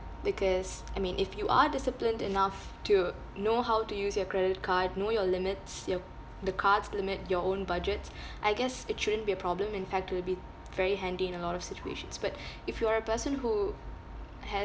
because I mean if you are disciplined enough to know how to use your credit card know your limits your the card's limit your own budget I guess it shouldn't be a problem in fact it'll be very handy in a lot of situations but if you're a person who